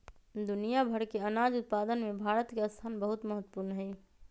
दुनिया भर के अनाज उत्पादन में भारत के स्थान बहुत महत्वपूर्ण हई